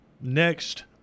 next